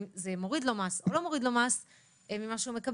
או לא לתרום אם זה מוריד לו מס או לא מוריד לו מס ממה שהוא מקבל.